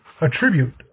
Attribute